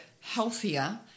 healthier